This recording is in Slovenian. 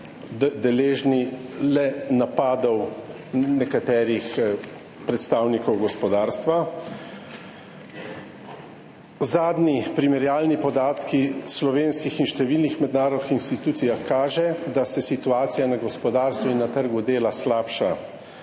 deležni le napadov nekaterih predstavnikov gospodarstva. Zadnji primerjalni podatki v slovenskih in številnih mednarodnih institucijah kažejo, da se situacija na gospodarstvu in na trgu dela slabša,